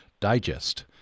digest